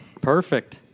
Perfect